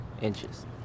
inches